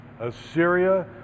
assyria